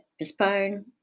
postpone